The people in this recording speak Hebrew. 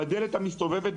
בדלת המסתובבת,